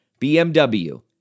BMW